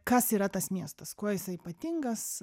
kas yra tas miestas kuo jisai ypatingas